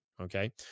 Okay